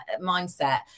mindset